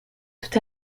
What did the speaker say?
tout